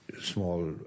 small